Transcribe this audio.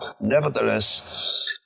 Nevertheless